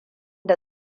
da